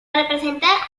representar